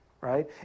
right